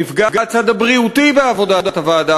נפגע גם הצד הבריאותי בעבודת הוועדה